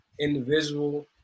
individual